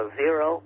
zero